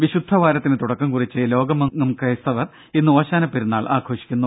വിശുദ്ധ വാരത്തിനു തുടക്കം കുറിച്ച് ലോകമെങ്ങും ക്രൈസ്തവർ ഇന്ന് ഓശാന പെരുന്നാൾ ആഘോഷിക്കുന്നു